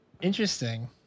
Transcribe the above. Interesting